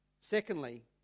Secondly